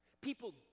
People